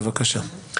בבקשה.